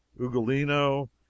ugolino